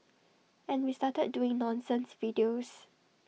and we started doing nonsense videos